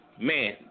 Man